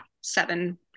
seven